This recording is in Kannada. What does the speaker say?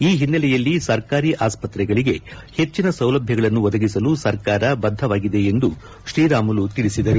ಈ ಓನ್ನೆಲೆಯಲ್ಲಿ ಸರ್ಕಾರಿ ಆಸ್ಪತ್ರೆಗಳಗೆ ಹೆಜ್ಜಿನ ಸೌಲಭ್ಯಗಳನ್ನು ಒದಗಿಸಲು ಸರ್ಕಾರ ಬದ್ದವಾಗಿದೆ ಎಂದು ಅವರು ತಿಳಿಸಿದರು